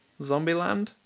Zombieland